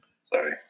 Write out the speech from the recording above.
sorry